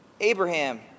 Abraham